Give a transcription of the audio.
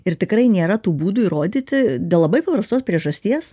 ir tikrai nėra tų būdų įrodyti dėl labai paprastos priežasties